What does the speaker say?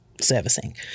servicing